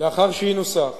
לאחר שינוסח